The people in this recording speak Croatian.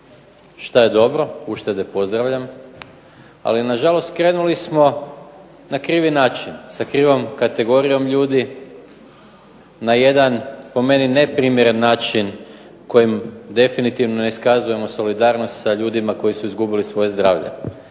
što je dobro, uštede pozdravljam, ali nažalost krenuli smo na krivi način, sa krivom kategorijom ljudi na jedan po meni neprimjeren način kojim definitivno ne iskazujemo solidarnost sa ljudima koji su izgubili svoje zdravlje.